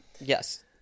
Yes